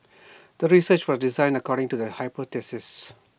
the research was designed according to the hypothesis